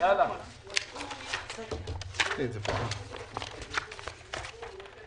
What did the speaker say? זה פשוט הזוי,